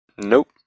Nope